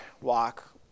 walk